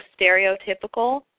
stereotypical